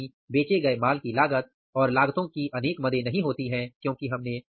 यानी बेचे गए माल की लागत और लागतो की अनेक मदें नहीं होती है क्योंकि हमने